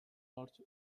орж